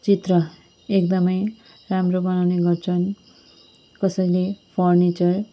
चित्र एकदम राम्रो बनाउने गर्छन् कसैले फर्निचर